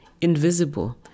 invisible